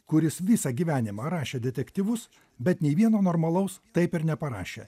kuris visą gyvenimą rašė detektyvus bet nei vieno normalaus taip ir neparašė